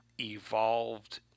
evolved